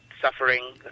suffering